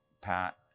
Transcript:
Pat